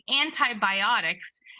antibiotics